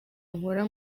nkora